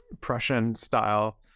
Prussian-style